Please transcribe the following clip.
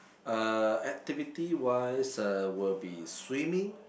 uh activity wise uh will be swimming